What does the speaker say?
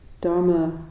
dharma